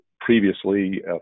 previously